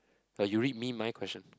or you read me my question